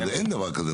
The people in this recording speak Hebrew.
אין דבר כזה.